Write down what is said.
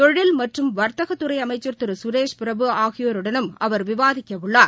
தொழில் மற்றும் வர்த்தகத்துறை அமைச்ச் திரு சுரேஷ் பிரபு ஆகியோருடனும் அவா விவாதிக்கவுள்ளார்